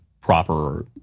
proper